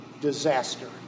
disaster